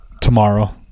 tomorrow